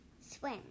swim